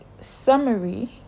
summary